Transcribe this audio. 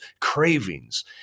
cravings